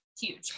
huge